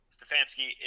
Stefanski